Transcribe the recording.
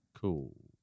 cool